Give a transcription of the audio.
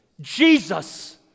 Jesus